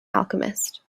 alchemist